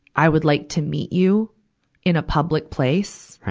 i would like to meet you in a public place.